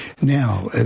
now